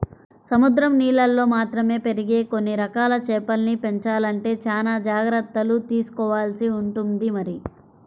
సముద్రం నీళ్ళల్లో మాత్రమే పెరిగే కొన్ని రకాల చేపల్ని పెంచాలంటే చానా జాగర్తలు తీసుకోవాల్సి ఉంటుంది మరి